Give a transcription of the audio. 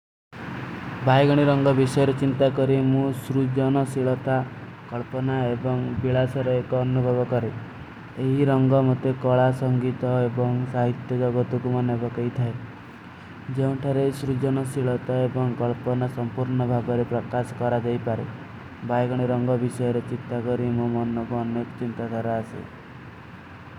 ଭାଈଗନୀ ରଂଗ ଵିଶେର ଚିଂତା କରେଂ ମୁଝେ ସୁରୁଜନ ଶିଲୋତା, କଲପନା ଏବଂଗ ବିଲାସର ଏକ ଅନୁଭଵ କରେଂ। ଯହୀ ରଂଗ ମତେ କଲା, ସଂଗୀତା ଏବଂଗ ସାହିତ ଜଗତ କୁମାନେ ବଖଈ ଥାଈ। ଜୋଂଠାରେ ସୁରୁଜନ ଶିଲୋତା ଏବଂଗ କଲପନା ସଂପୁର୍ଣ ଭାଗରେ ପ୍ରକାସ କରା ଦେପାରେ। ଭାଈଗନୀ ରଂଗ ଵିଶେର ଚିଂତା କରେଂ ମୁଝେ ସୁରୁଜନ ଶିଲୋତା, କଲପନା ଏବଂଗ ବିଲାସର ଏକ ଅନୁଭଵ କରେଂ।